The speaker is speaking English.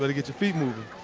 better get your feet moving.